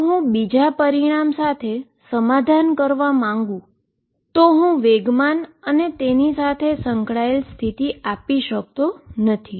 જો હું બીજા પરિણામ સાથે સમાધાન કરવા માંગુ હું મોમેન્ટમ અને તેની સાથે સંકળાયેલ પોઝિશન આપી શકતો નથી